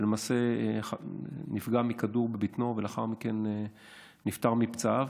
ולמעשה נפגע מכדור בבטנו ולאחר מכן נפטר מפצעיו.